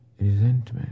resentment